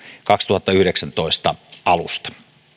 kaksituhattayhdeksäntoista alusta